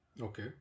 Okay